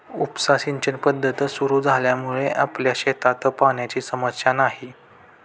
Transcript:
उपसा सिंचन पद्धत सुरु झाल्यामुळे आपल्या शेतात पाण्याची समस्या नाही